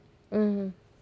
mm